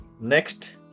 Next